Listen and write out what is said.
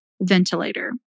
ventilator